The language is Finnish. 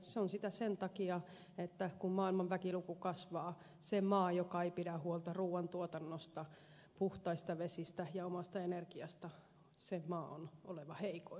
se on sitä sen takia että kun maailman väkiluku kasvaa se maa joka ei pidä huolta ruuantuotannosta puhtaista vesistä ja omasta energiasta on oleva heikoilla